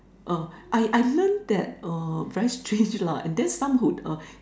uh I I learn that uh very strange lah and then some would uh